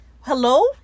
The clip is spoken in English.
Hello